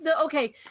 okay